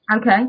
Okay